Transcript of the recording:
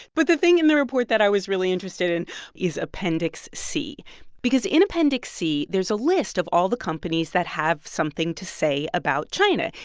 but the thing in the report that i was really interested in is appendix c because in appendix c, there's a list of all the companies that have something to say about china,